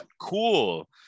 cool